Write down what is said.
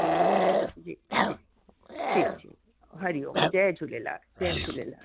ठीकु आहे जी जी ठीकु ठीकु हरि ओम जय झूलेलाल जय झूलेलाल